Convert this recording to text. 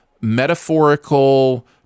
metaphorical